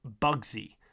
Bugsy